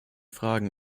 fragen